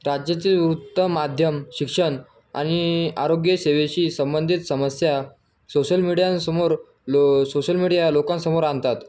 राज्यातील उत्तम माध्यम शिक्षण आणि आरोग्यसेवेशी संबंधित समस्या सोशल मीडियांसमोर लो सोशल मीडिया लोकांसमोर आणतात